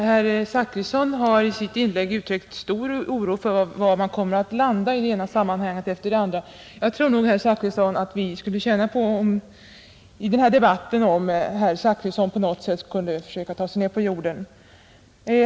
Herr talman! Herr Zachrisson har i sitt inlägg uttryckt stor oro för var man kommer att landa i det ena sammanhanget efter det andra. Jag tror nog, herr Zachrisson, att vi i den här debatten skulle tjäna på om herr Zachrisson på något sätt kunde försöka ta sig ner på jorden.